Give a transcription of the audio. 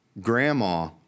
grandma